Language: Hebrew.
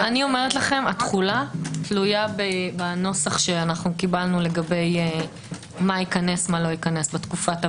התחולה תלויה בנוסח שקיבלנו לגבי מה ייכנס ומה לא ייכנס בתקופת הביניים.